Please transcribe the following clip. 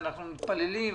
אנחנו מתפללים.